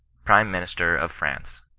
prime minister of france.